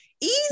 easy